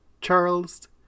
Charles